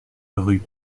rue